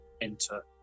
enter